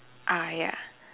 uh ya